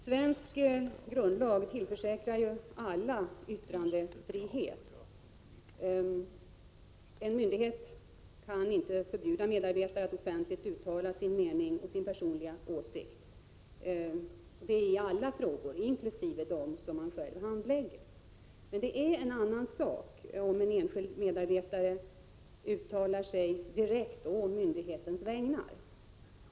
Svensk grundlag tillförsäkrar ju alla yttrandefrihet. En myndighet kan inte förbjuda medarbetare att offentligt uttala sin mening och sin personliga åsikt —-ialla frågor, inkl. dem som de själva handlägger. Det är en annan sak om en enskild medarbetare uttalar sig direkt å myndighetens vägnar.